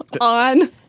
on